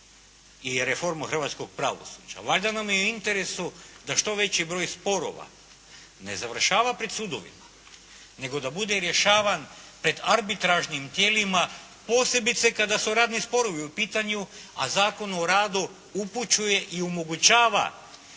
i reformu hrvatskog pravosuđa valjda nam je u interesu da što veći broj sporova ne završava pred sudovima nego da bude rješavan pred arbitražnim tijelima posebice kada su radni sporovi u pitanju a Zakon o radu upućuje i omogućava